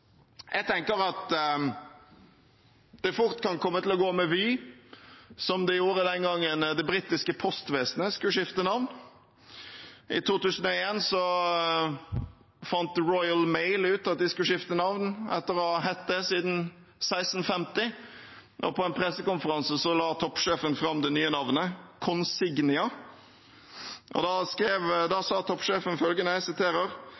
fort kan komme til å gå med Vy som det gjorde den gangen det britiske postvesenet skulle skifte navn. I 2001 fant Royal Mail ut av de skulle skifte navn etter å ha hett det siden 1650. På en pressekonferanse la toppsjefen fram det nye navnet, Consignia, og da